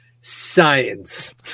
science